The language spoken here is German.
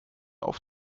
auf